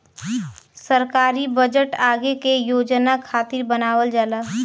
सरकारी बजट आगे के योजना खातिर बनावल जाला